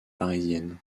parisienne